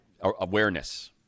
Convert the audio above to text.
awareness